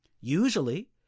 Usually